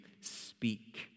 speak